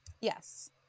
Yes